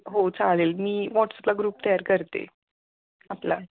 हो चालेल मी वॉट्सअपला ग्रुप तयार करते आपला